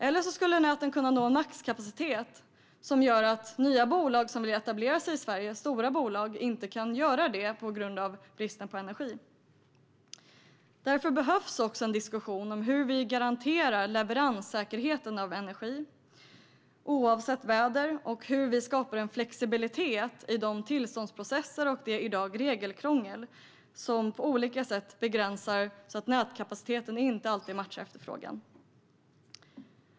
Näten kan därutöver nå en maxkapacitet som gör att nya stora bolag, som vill etablera sig i Sverige, inte kan göra det på grund av bristen på energi. Därför behövs också en diskussion om hur vi garanterar leveranssäkerheten för energin, oavsett väder, och hur vi skapar en flexibilitet i tillståndsprocesserna och tar bort dagens regelkrångel som på olika sätt begränsar nätkapacitetens möjlighet att matcha efterfrågan.